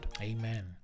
Amen